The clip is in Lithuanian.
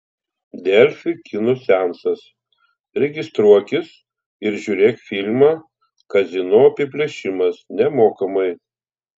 delfi kino seansas registruokis ir žiūrėk filmą kazino apiplėšimas nemokamai